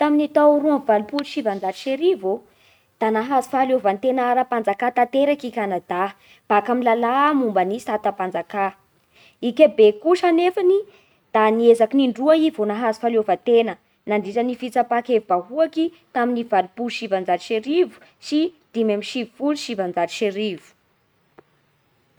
Tamin'ny tao roa amby valopolo sy sivanjato sy arivo ô da nahazo fahaleovan-tena ara-panjakà tanteraky i Kanada baka amin'ny lalà momba ny sata-panjakà. I Kebeky kosa anefany da niezaky indroa i vao nahazo fahaleovan-tena nandritra ny fitsapan-kevi-bahoaky tamin'ny valopolo sy sivanjato sy arivo sy dimy amby sivifolo sy sivanjato sy arivo.